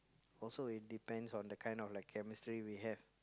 also it depends on the like kind of chemistry we have